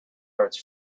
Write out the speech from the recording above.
arts